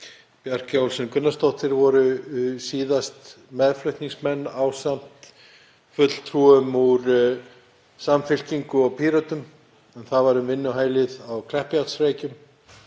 Bjarkey Olsen Gunnarsdóttir, voru síðast meðflutningsmenn á ásamt fulltrúum úr Samfylkingu og Pírötum, en það er um vinnuhælið á Kleppjárnsreykjum